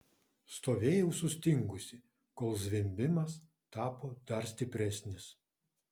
stovėjau sustingusi kol zvimbimas tapo dar stipresnis